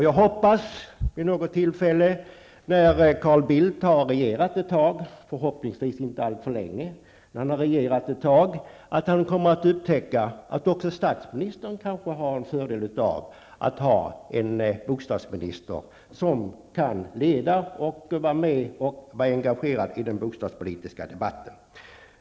Jag hoppas att Carl Bildt vid något tillfälle när han har regerat ett tag -- förhoppningsvis inte alltför länge -- kommer att upptäcka att kanske också statsministern har fördel av att ha en bostadsminister, som kan leda och vara engagerad i den bostadspolitiska debatten.